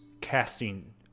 casting